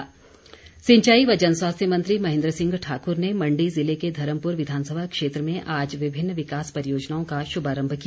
महेन्द्र सिंह सिंचाई व जन स्वास्थ्य मंत्री महेन्द्र सिंह ठाकुर ने मण्डी ज़िले के धर्मपुर विधानसभा क्षेत्र में आज विभिन्न विकास परियोजनाओं का शुभारम्भ किया